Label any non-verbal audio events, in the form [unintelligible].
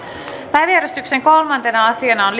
päiväjärjestyksen kolmantena asiana on [unintelligible]